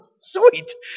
sweet